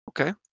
Okay